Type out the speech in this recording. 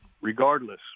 regardless